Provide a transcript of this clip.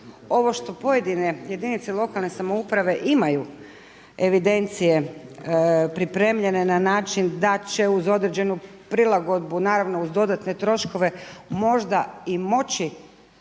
Ovo što pojedine jedinice lokalne samouprave imaju evidencije pripremljene na način da će uz određenu prilagodbu, naravno uz dodatne troškove možda i moći